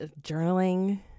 journaling